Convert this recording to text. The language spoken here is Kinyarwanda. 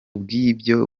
bw’ibyo